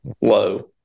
low